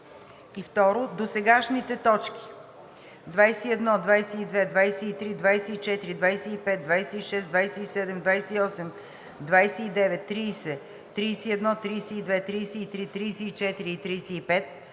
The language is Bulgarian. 2. Досегашните т. 21, 22, 23, 24, 25, 26, 27, 28, 29, 30, 31, 32, 33, 34 и 35